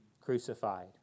crucified